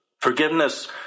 forgiveness